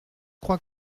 crois